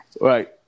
Right